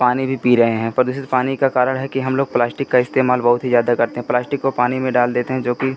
पानी भी पी रहे हैं प्रदूषित पानी का कारण है कि हम लोग प्लास्टिक का इस्तेमाल बहुत ही ज़्यादा करते हैं प्लास्टिक को पानी में डाल देते हैं जोकि